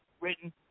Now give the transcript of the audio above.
written